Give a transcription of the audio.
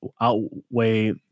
outweigh